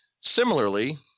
Similarly